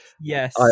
Yes